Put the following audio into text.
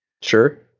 sure